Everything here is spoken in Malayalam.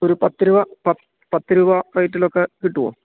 ഒരു പത്ത് രൂപ പത്ത് രൂപ റേറ്റിലൊക്കെ കിട്ടുമോ